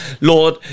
Lord